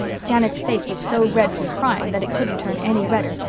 janet's face was so red from crying that it couldn't turn any redder,